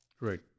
Right